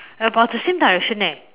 about the same direction eh